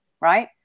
right